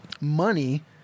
money